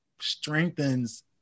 strengthens